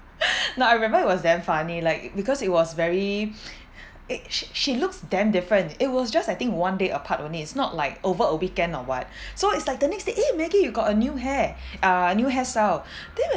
nah I remember it was damn funny like because it was very eh she she looks damn different it was just I think one day apart only it's not like over a weekend or what so it's like the next day eh maggie you got a new hair uh new hairstyle then we're